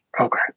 Okay